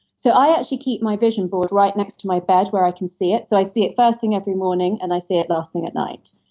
so i actually keep my vision board right next to my bed where i can see it. so i see it first thing every morning, and i see it last thing at night.